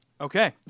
Okay